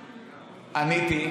עניתי,